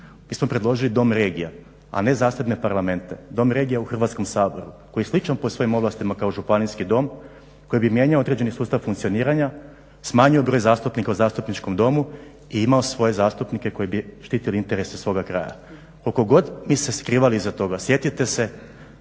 Mi smo predložili Dom regija, a ne zasebne parlamente. Dom regija u Hrvatskom saboru koji slično po svojim ovlastima kao Županijski dom koji bi mijenjao određeni sustav funkcioniranja, smanjio broj zastupnika u Zastupničkom domu i imao svoje zastupnike koji bi štitili interese svoga kraja. Koliko god mi se skrivali iza toga sjetite se